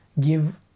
give